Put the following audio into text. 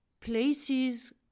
places